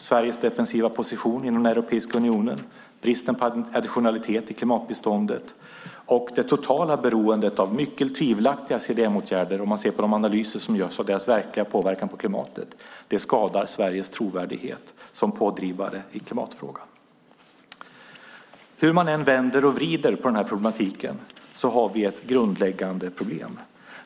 Sveriges defensiva position inom Europeiska unionen, bristen på additionalitet i klimatbiståndet och det totala beroendet av mycket tvivelaktiga CDM-åtgärder om man ser till de analyser som görs av deras verkliga påverkan på klimatet skadar sammantaget Sveriges trovärdighet som pådrivare i klimatfrågan. Hur man än vänder och vrider på problematiken har vi ett grundläggande problem.